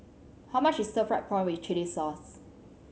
how much is stir fried prawn with chili sauce